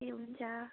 ए हुन्छ